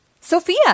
Sophia